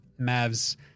Mavs